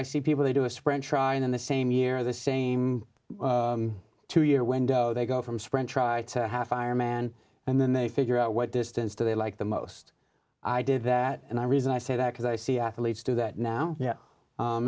i see people who do a sprint try in the same year the same two year window they go from sprint try to have fire man and then they figure out what distance to they like the most i did that and i reason i say that because i see athletes do that now